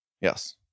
Yes